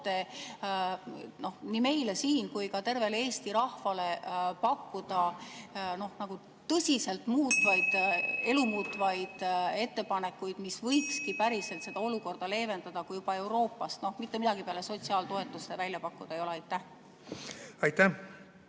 nii meile siin kui ka tervele Eesti rahvale pakkuda tõsiselt elumuutvaid ettepanekuid, mis võikski päriselt seda olukorda leevendada, kui juba Euroopast mitte midagi peale sotsiaaltoetuste välja pakkuda ei ole? Aitäh,